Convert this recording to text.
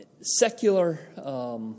Secular